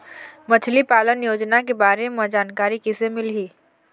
मछली पालन योजना के बारे म जानकारी किसे मिलही?